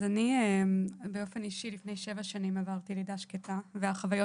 אז אני באופן אישי לפני שבע שנים עברתי לידה שקטה והחוויות